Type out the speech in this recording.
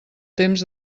temps